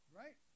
right